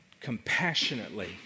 compassionately